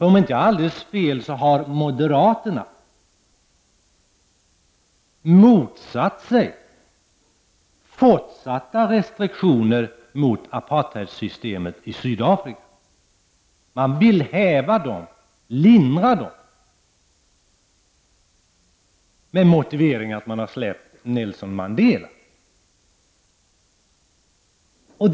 Om jag inte har alldeles fel har moderaterna motsatt sig fortsatta restriktioner mot apartheidsystemet i Sydafrika. De vill häva dessa restriktioner, lindra dem, med motiveringen att Nelson Mandela har släppts.